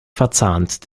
verzahnt